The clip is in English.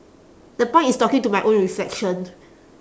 the point is talking to my own reflection